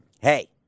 Hey